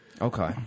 Okay